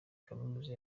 kaminuza